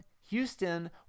Houston